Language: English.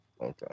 Okay